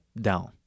down